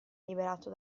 liberato